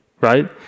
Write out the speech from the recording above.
right